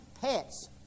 pets